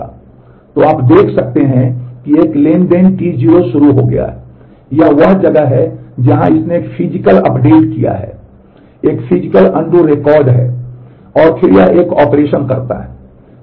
तो आप देख सकते हैं कि एक ट्रांज़ैक्शन T0 शुरू हो गया है यह वह जगह है जहां इसने एक फिजिकल अपडेट किया है एक फिजिकल अनडू रिकॉर्ड है और फिर यह एक ऑपरेशन करता है